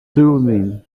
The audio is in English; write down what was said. thummim